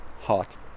hot